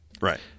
Right